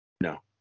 No